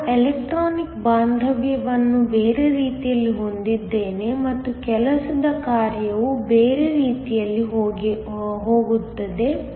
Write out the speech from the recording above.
ನಾನು ಎಲೆಕ್ಟ್ರಾನಿಕ್ ಬಾಂಧವ್ಯವನ್ನು ಬೇರೆ ರೀತಿಯಲ್ಲಿ ಹೊಂದಿದ್ದೇನೆ ಮತ್ತು ಕೆಲಸದ ಕಾರ್ಯವು ಬೇರೆ ರೀತಿಯಲ್ಲಿ ಹೋಗುತ್ತಿದೆ